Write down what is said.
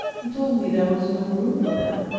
he told me there was no room for them.